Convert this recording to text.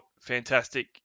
fantastic